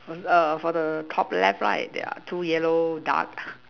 with err for the top left right there are two yellow duck